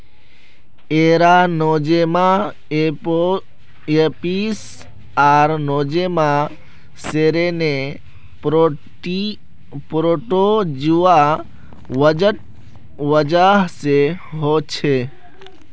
इरा Nosema apis आर Nosema ceranae protozoa वजह से होछे